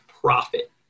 profit